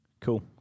cool